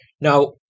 Now